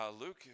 Luke